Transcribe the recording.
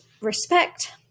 respect